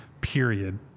period